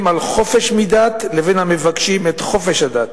על חופש מדת לבין המבקשים את חופש הדת.